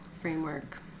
framework